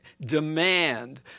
demand